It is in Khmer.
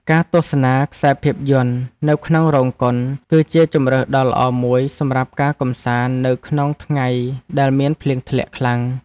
ការទស្សនាខ្សែភាពយន្តនៅក្នុងរោងកុន គឺជាជម្រើសដ៏ល្អមួយសម្រាប់ការកម្សាន្តនៅក្នុងថ្ងៃដែលមានភ្លៀងធ្លាក់ខ្លាំង។